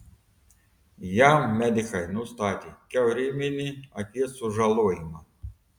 jam medikai nustatė kiauryminį akies sužalojimą